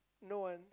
no one